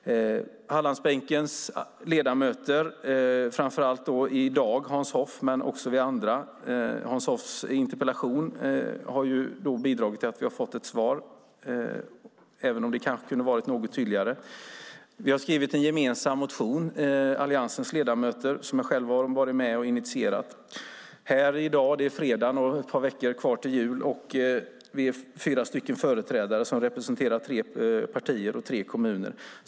Hallandsbänkens ledamöter, i dag framför allt Hans Hoff men också vi andra, är engagerade. Hans Hoffs interpellation har bidragit till att vi fått ett svar, även om det kunde ha varit något tydligare. Alliansens ledamöter har skrivit en gemensam motion som jag varit med och initierat. Nu är det ett par veckor kvar till jul, och i dag är fyra ledamöter, som representerar tre partier och tre kommuner, närvarande.